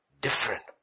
different